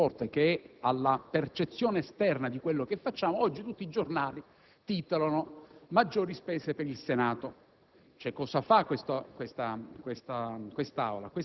oggi, faccio un riferimento forte alla percezione esterna di quello che facciamo, tutti i giornali titolano: maggiori spese per il Senato.